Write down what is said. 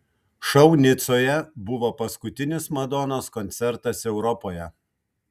šou nicoje buvo paskutinis madonos koncertas europoje